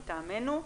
מטעמנו,